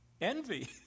Envy